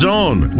Zone